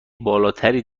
بالاتری